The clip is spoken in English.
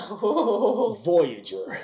Voyager